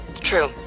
True